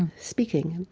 speaking,